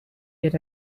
yet